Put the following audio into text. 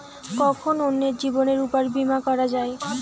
কখন অন্যের জীবনের উপর বীমা করা যায়?